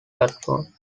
platform